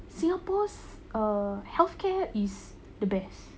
singapore's err healthcare is the best